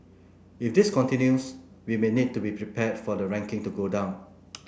if this continues we may need to be prepared for the ranking to go down